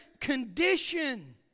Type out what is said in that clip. condition